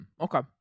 Okay